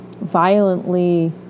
violently